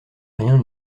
rien